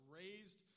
raised